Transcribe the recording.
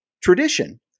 tradition